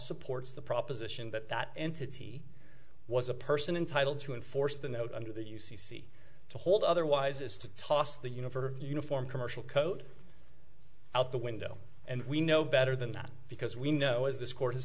supports the proposition that that entity was a person entitle to enforce the note under the u c c to hold otherwise is to toss the universe or uniform commercial code out the window and we know better than that because we know is this